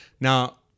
now